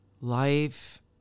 Life